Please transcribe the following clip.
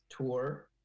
tour